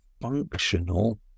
functional